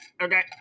okay